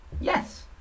Yes